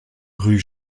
rue